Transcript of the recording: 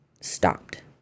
stopped